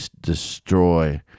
destroy